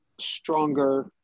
stronger